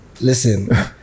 listen